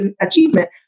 achievement